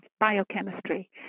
biochemistry